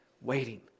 waiting